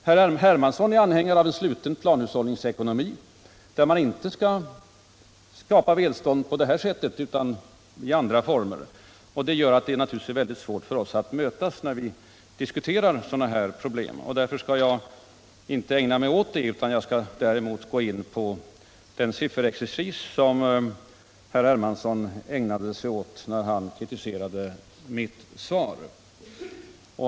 Herr Hermansson däremot är anhängare av sluten planhushållningsekonomi, där man inte skapar välstånd på det här sättet utan i andra former. — Detta gör att det naturligtvis är mycket svårt för oss att mötas när vi diskuterar sådana här problem. Och därför skall jag inte föra debatten vidare. Jag skall däremot gå in på den sifferexercis som herr Hermansson ägnade sig åt när han kritiserade mitt svar.